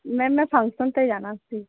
ma'am ਮੈਂ function 'ਤੇ ਜਾਣਾ ਸੀ